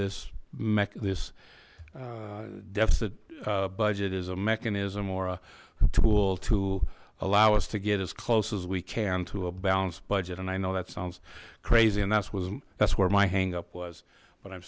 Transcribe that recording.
mecha this deficit budget is a mechanism or a tool to allow us to get as close as we can to a balanced budget and i know that sounds crazy and that's what that's where my hang up was but i'm